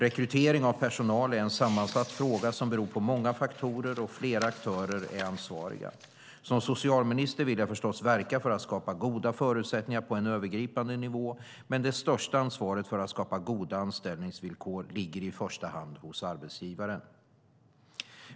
Rekrytering av personal är en sammansatt fråga som beror på många faktorer, och flera aktörer är ansvariga. Som socialminister vill jag förstås verka för att skapa goda förutsättningar på en övergripande nivå, men det största ansvaret för att skapa goda anställningsvillkor ligger i första hand hos arbetsgivaren.